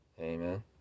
Amen